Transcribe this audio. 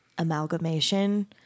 amalgamation